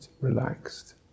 relaxed